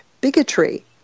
bigotry